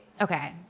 okay